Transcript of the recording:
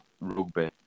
rugby